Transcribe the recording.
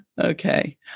okay